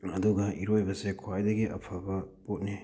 ꯑꯗꯨꯒ ꯏꯔꯣꯏꯕꯁꯦ ꯈ꯭ꯋꯥꯏꯗꯒꯤ ꯑꯐꯕ ꯄꯣꯠꯅꯤ